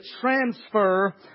transfer